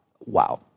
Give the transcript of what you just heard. wow